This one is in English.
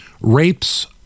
rapes